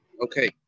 Okay